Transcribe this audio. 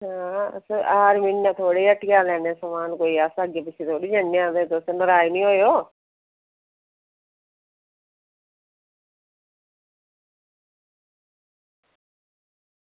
हर म्हीनै थुआढ़ियै हट्टिया लैने समान कोई ऐसा अग्गें पिच्छें थोह्ड़े जन्ने तुस नराज़ निं होयो